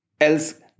else